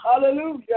hallelujah